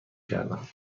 کردم